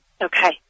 Okay